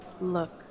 Look